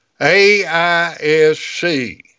AISC